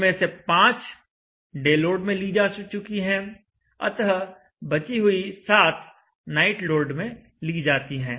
इनमें से 5 day load में ली जा चुकी हैं अतः बची हुई 7 नाइट लोड में ली जाती हैं